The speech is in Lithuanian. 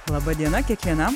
laba diena kiekvienam